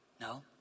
No